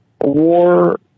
war